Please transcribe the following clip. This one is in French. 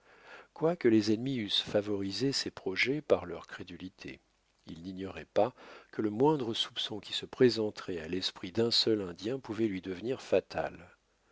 quoique les ennemis eussent favorisé ses projets par leur crédulité il n'ignorait pas que le moindre soupçon qui se présenterait à l'esprit d'un seul indien pouvait lui devenir fatal